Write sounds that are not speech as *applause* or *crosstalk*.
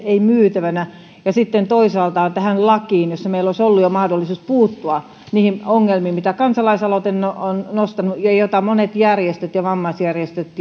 ei myytävänä ja sitten toisaalta tästä laista jossa meillä olisi jo ollut mahdollisuus puuttua niihin ongelmiin joita kansalaisaloite on nostanut monet järjestöt ja vammaisjärjestöt *unintelligible*